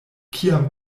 kiam